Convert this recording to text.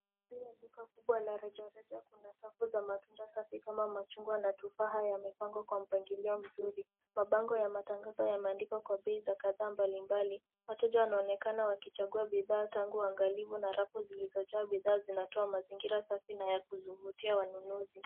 Hii ni duka kubwa la rejareja. Kuna safu za matunda safi, kama machungwa na tufaa, yamepangwa kwa mpangilio mzuri. Mabango ya matangazo yameandikwa kwa bei za kadhaa mbali mbali. Wateja wanaonekana wakichagua bidhaa tangu uangalifu na rafu zilizojaa bidhaa zinatoa mazingira safi na ya kuvutia wanunuzi.